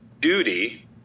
Duty